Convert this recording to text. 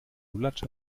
lulatsch